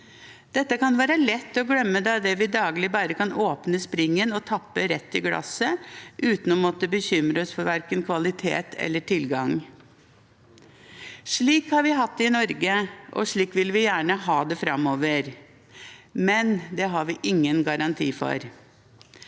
Dette kan det være lett å glemme når vi daglig bare kan åpne springen og tappe rett i glasset, uten å måtte bekymre oss for verken kvalitet eller tilgang. Slik har vi hatt det i Norge, og slik vil vi gjerne ha det framover, men det har vi ingen garant for.